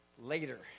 later